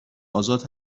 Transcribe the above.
آزاد